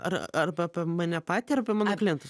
ar arba mane patį ar apie mano klientus